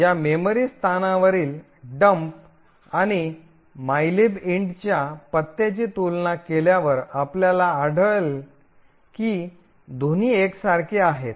तर या मेमरी स्थानावरील डंप आणि मायलीब इंटच्या mylib int पत्त्याची तुलना केल्यावर आपल्याला आढळले आहे की दोन्ही एकसारखे आहेत